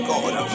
God